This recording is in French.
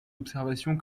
observations